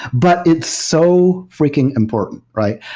but it's so freaking important, right?